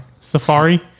Safari